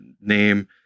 name